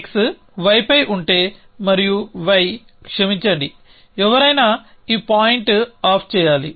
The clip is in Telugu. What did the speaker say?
x y పై ఉంటే మరియు y క్షమించండి ఎవరైనా ఈ పాయింట్ ఆఫ్ చేయాలి